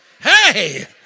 Hey